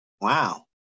Wow